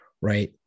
right